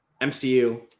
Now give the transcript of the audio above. MCU